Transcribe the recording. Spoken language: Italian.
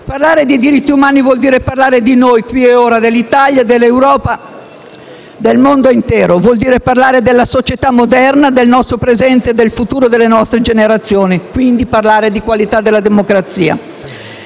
Parlare di diritti umani vuol dire parlare di noi qui e ora, dell'Italia, dell'Europa, del mondo intero; vuol dire parlare della società moderna, del nostro presente e del futuro delle nostre generazioni, quindi parlare di qualità della democrazia.